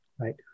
right